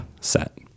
set